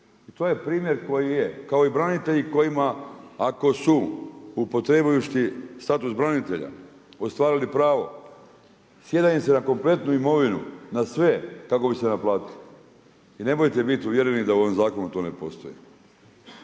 i to je primjer koji je, kao i branitelji kojima ako su upotrebivši status branitelja ostvarili pravo sjeda im se na kompletnu imovinu, na sve kako bi se naplatilo. I nemojte biti uvjereni da u tom zakonu to ne postoji.